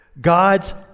God's